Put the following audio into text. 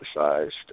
emphasized